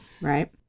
Right